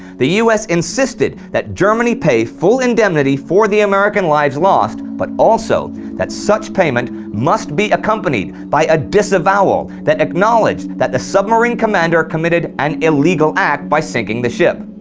the us insisted that germany pay full indemnity for the american lives lost, but also that such payment must be accompanied by a disavowal that acknowledged that the submarine commander committed an illegal act by sinking the ship.